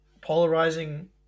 polarizing